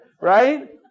right